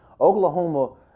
Oklahoma